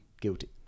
guilty